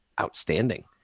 outstanding